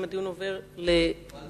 אם הדיון עובר לוועדה,